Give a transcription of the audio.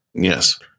yes